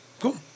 cool